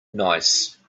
nice